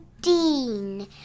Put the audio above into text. Dean